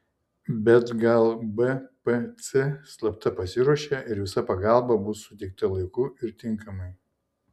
bet gal bpc slapta pasiruošė ir visa pagalba bus suteikta laiku ir tinkamai